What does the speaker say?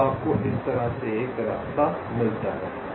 तो आपको इस तरह एक रास्ता मिलता है